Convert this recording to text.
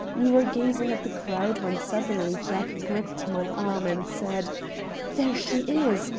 we were gazing at the crowd, when suddenly jack gripped my arm and said there she is!